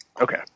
Okay